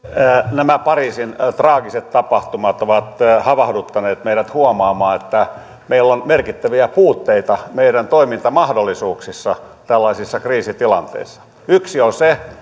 nämä pariisin traagiset tapahtumat ovat havahduttaneet meidät huomaamaan että meillä on merkittäviä puutteita meidän toimintamahdollisuuksissamme tällaisissa kriisitilanteissa yksi on se